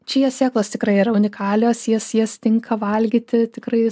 čija sėklos tikrai yra unikalios jas jas tinka valgyti tikrai